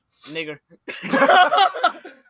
Nigger